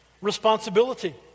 responsibility